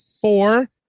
four